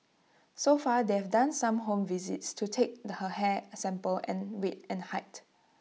so far they've done some home visits to take her hair sample and weight and height